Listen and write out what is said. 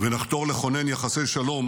ונחתור לכונן יחסי שלום